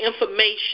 information